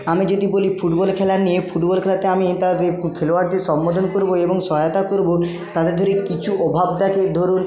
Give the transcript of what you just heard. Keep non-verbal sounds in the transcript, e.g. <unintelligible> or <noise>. আমি যদি বলি ফুটবল খেলা নিয়ে ফুটবল খেলাতে আমি তাদের <unintelligible> খেলোয়াড়দের সম্বোধন করব এবং সহায়তা করব তাদের ধরি কিছু অভাব থাকে ধরুন